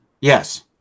Yes